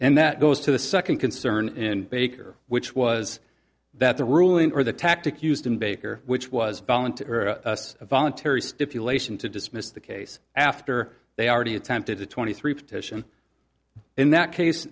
and that goes to the second concern in baker which was that the ruling or the tactic used in baker which was voluntary voluntary stipulation to dismiss the case after they already attempted a twenty three petition in that case